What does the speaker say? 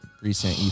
recent